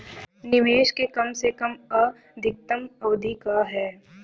निवेश के कम से कम आ अधिकतम अवधि का है?